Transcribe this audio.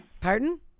Pardon